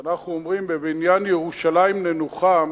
כשאנחנו אומרים "בבניין ירושלים ננוחם"